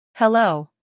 Hello